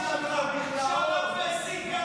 הכנסת אושר שקלים, אינו נוכח.